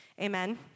amen